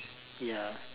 ya